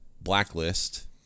Blacklist